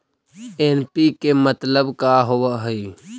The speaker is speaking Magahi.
एन.पी.के मतलब का होव हइ?